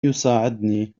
يساعدني